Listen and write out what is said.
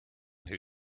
who